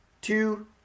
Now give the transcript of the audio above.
two